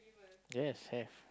that's have